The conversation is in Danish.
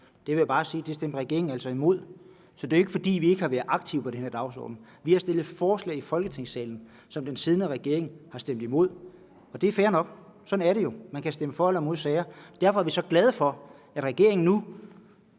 det stemte regeringen altså imod. Så det er jo ikke, fordi vi ikke har været aktive på den her dagsorden. Vi har stillet forslag i Folketingssalen, som den siddende regering har stemt imod. Det er fair nok, sådan er det jo, man kan stemme for eller imod sager. Derfor er vi glade for, at regeringen så